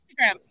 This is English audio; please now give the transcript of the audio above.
Instagram